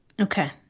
Okay